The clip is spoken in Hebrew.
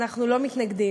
אנחנו לא מתנגדים.